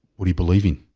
what are you believing?